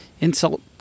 insult